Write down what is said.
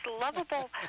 lovable